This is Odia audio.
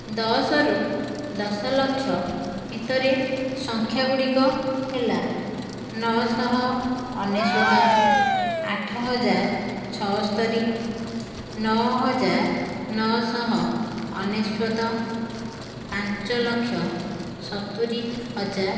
ଦଶରୁ ଦଶଲକ୍ଷ ଭିତରେ ସଂଖ୍ୟା ଗୁଡ଼ିକ ହେଲା ନଅଶହ ଅନେଶତ ଆଠ ହଜାର ଛଅସ୍ତରୀ ନଅହାଜର ନଅଶହ ଅନେଶତ ପାଞ୍ଚ ଲକ୍ଷ ସତୁରି ହଜାର